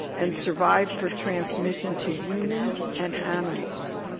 and survive for transmission to humans and animals.